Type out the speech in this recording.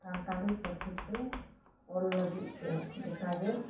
ᱥᱟᱱᱛᱟᱲᱤ ᱯᱟᱨᱥᱤᱛᱮ ᱚᱞ ᱞᱟᱹᱜᱤᱫᱛᱮ ᱜᱚᱴᱟᱜᱮ